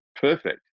perfect